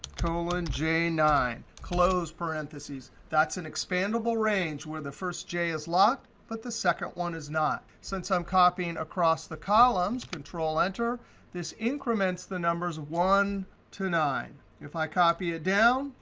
colon, j nine, close parentheses. that's an expandable range where the first j is locked but the second one is not. since i'm copying across the columns, control enter this increments the numbers one to nine. if i copy it down,